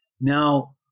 now